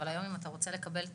אבל היום אם אתה רוצה לקבל תור,